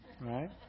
right